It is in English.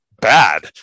bad